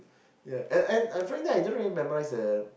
yeah and and apparently I don't really memorise the